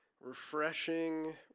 refreshing